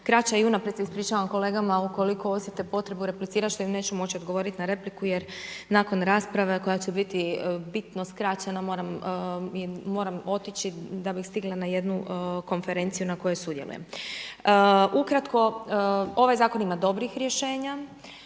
kraća i unaprijed se ispričavam kolegama ukoliko osjete potrebu replicit što im neću moći odgovorit na repliku jer nakon rasprave koja će biti bitno skraćena moram otići da bih stigla na jednu konferenciju na kojoj sudjelujem. Ukratko, ovaj zakon ima dobrih rješenja